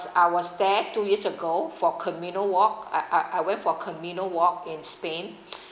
I was there two years ago for camino walk I I went for camino walk in spain